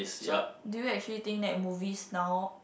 so do you actually think that movies now